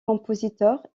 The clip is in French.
compositeur